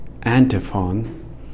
antiphon